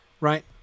right